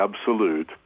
absolute